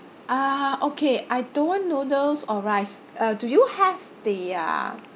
uh okay I don't want noodles or rice uh do you have the uh